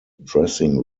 dressing